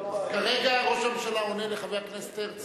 כרגע ראש הממשלה עונה לחבר הכנסת הרצוג.